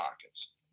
pockets